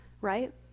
right